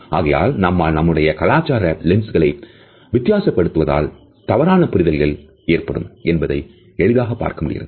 ஆகையால் நம்மால் நம்முடைய கலாச்சார லென்சுகள் வித்தியாச படுவதால் தவறான புரிதல்கள் ஏற்படும் என்பதை எளிதாக பார்க்க முடிகிறது